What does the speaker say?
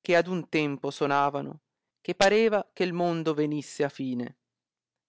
che ad un tempo sonavano che pareva che mondo venisse a fine